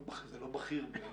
זה לא מינוי בכיר בעיניי.